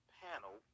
panel